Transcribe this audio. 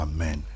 Amen